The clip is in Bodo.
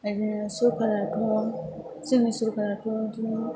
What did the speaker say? बेबायदिनो सरकाराथ' जोंनि सरकाराथ' बिदिनो